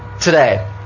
today